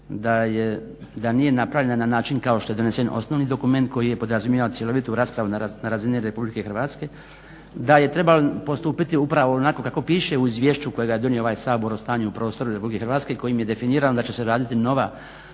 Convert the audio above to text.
da nije napravljena na način kao što je donesen osnovni dokument koji je podrazumijevao cjelovitu raspravu na razini Republike Hrvatske, da je trebalo postupiti upravo onako kako piše u izvješću kojega je donio ovaj Sabor o stanju u prostoru Republike Hrvatske kojim je definirano da će se raditi nova